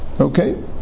Okay